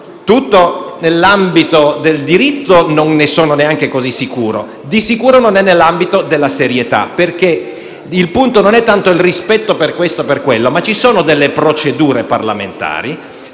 tutto nell'ambito del diritto (non ne sono neanche così sicuro), ma di certo non è nell'ambito della serietà. Il punto non è tanto il rispetto per questo o per quello, ma che ci sono delle procedure parlamentari